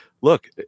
look